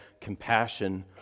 compassion